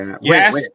Yes